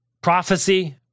prophecy